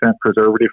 preservative